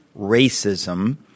Racism